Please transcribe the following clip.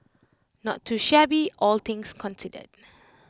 not too shabby all things considered